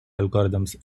algorithms